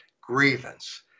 grievance